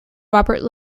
robert